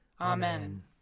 Amen